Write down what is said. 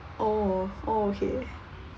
oh oh okay